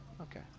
okay